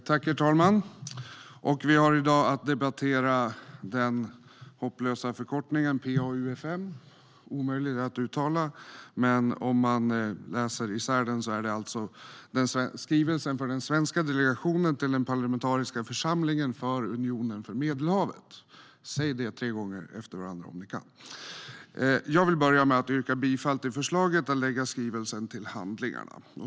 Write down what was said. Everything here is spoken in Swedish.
Herr talman! Vi har i dag att debattera frågan om den hopplösa förkortningen PA-UfM, som är omöjlig att uttala och som man måste läsa isär. Det gäller skrivelsen från den svenska delegationen till den parlamentariska församlingen för Unionen för Medelhavet. Säg det tre gånger efter varandra, om ni kan. Jag vill börja med att yrka bifall till förslaget att lägga skrivelsen till handlingarna.